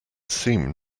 seem